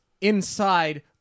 Inside